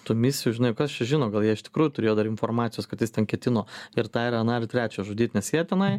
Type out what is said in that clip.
tų misijų žinai kas čia žino gal jie iš tikrųjų turėjo dar informacijos kad jis ten ketino ir tą ir aną ir trečią žudyt nes jie tenai